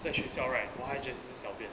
在学校 right why 姐是小便